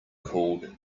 called